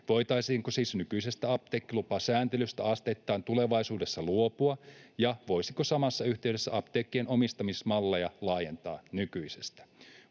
Voitaisiinko siis nykyisestä apteekkilupasääntelystä asteittain luopua tulevaisuudessa, ja voisiko samassa yhteydessä apteekkien omistamismalleja laajentaa nykyisestä?